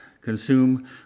consume